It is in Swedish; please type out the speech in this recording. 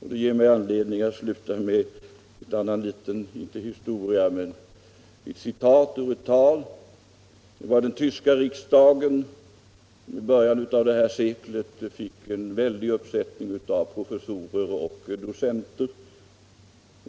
Det ger mig anledning att sluta med ett litet citat ur ett tal. Den tyska riksdagen fick i början av det här seklet, en väldig uppsättning professorer och docenter